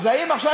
אז האם עכשיו,